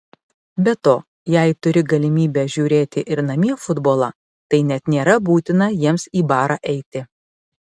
be to jei turi galimybę žiūrėti ir namie futbolą tai net nėra būtina jiems į barą eiti